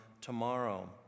tomorrow